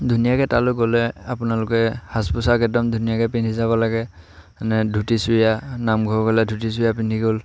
ধুনীয়াকৈ তালৈ গ'লে আপোনালোকে সাজ পোচাক একদম ধুনীয়াকৈ পিন্ধি যাব লাগে মানে ধুতি চুৰিয়া নামঘৰ গ'লে ধুতি চুৰিয়া পিন্ধি গ'ল